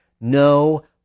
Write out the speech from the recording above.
no